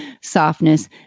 softness